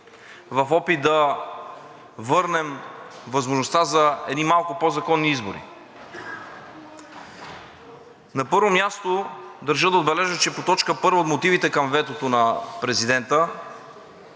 в опит да върнем възможността за едни малко по-законни избори. На първо място, държа да отбележа, че по т. 1 от мотивите към ветото на президента,